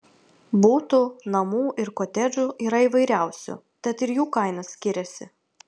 butų namų ir kotedžų yra įvairiausių tad ir jų kainos skiriasi